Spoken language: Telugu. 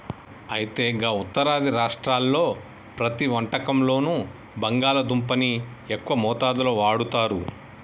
అయితే గా ఉత్తరాది రాష్ట్రాల్లో ప్రతి వంటకంలోనూ బంగాళాదుంపని ఎక్కువ మోతాదులో వాడుతారు